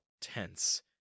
tense